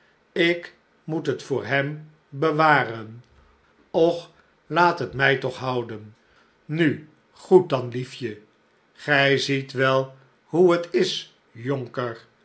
ik moet het voor hem bewaren och laat het mij toch houden nu goed dan liefje gij ziet wel hoe het is jonker